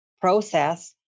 process